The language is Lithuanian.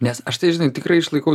nes aš tai žinai tikrai išlaikau